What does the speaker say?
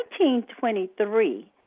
1923